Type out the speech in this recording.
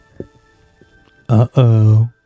Uh-oh